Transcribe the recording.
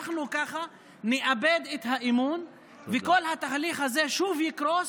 אנחנו ככה נאבד את האמון וכל התהליך הזה שוב יקרוס,